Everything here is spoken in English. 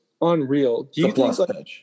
unreal